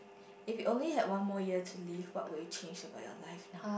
if you only had one more year to live what would you change about your life now